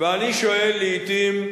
ואני שואל לעתים,